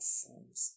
forms